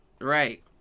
right